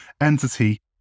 entity